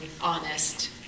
honest